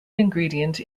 ingredient